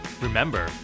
Remember